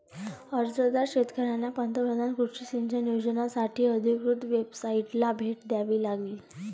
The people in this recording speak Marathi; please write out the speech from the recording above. अर्जदार शेतकऱ्यांना पंतप्रधान कृषी सिंचन योजनासाठी अधिकृत वेबसाइटला भेट द्यावी लागेल